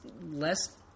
less